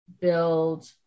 build